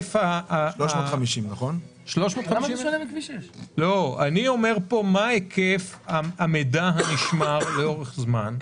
350,000. אני אומר מה היקף המידע הנשמר לאורך זמן.